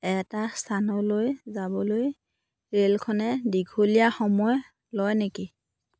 এটা স্থানলৈ যাবলৈ ৰে'লখনে দীঘলীয়া সময় লয় নেকি